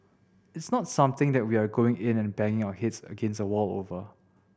it's not something that we are going in and banging our heads against a wall over